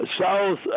south